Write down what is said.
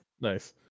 Nice